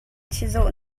chizawh